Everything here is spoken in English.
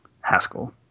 Haskell